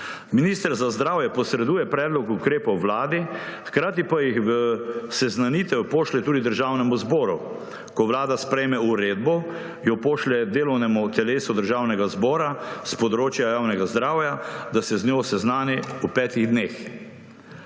Minister za zdravje posreduje predlog ukrepov Vladi, hkrati pa jih v seznanitev pošlje tudi Državnemu zboru. Ko Vlada sprejme uredbo, jo pošlje delovnemu telesu Državnega zbora s področja javnega zdravja, da se z njo seznani v petih dneh.